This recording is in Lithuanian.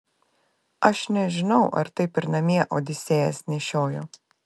aš nežinau ar taip ir namie odisėjas nešiojo